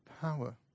power